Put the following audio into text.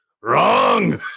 Wrong